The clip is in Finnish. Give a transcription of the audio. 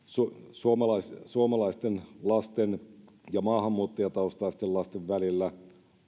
suomalaisten suomalaisten lasten ja maahanmuuttajataustaisten lasten välillä